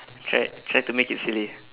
try try to make it silly